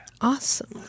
Awesome